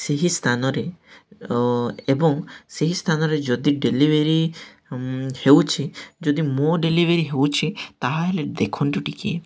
ସେହି ସ୍ଥାନରେ ଏବଂ ସେହି ସ୍ଥାନରେ ଯଦି ଡ଼େଲିଭରି ହେଉଛି ଯଦି ମୋ ଡ଼େଲିଭରି ହେଉଛି ତାହେଲେ ଦେଖନ୍ତୁ ଟିକେ